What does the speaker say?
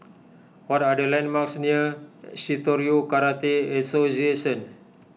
what are the landmarks near Shitoryu Karate Association